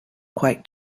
quite